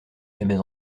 jamais